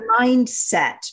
mindset